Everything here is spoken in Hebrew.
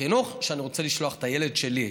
חינוך שאני רוצה לשלוח את הילד שלי,